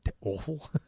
awful